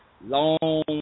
long